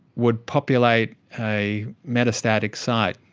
would populate a metastatic site,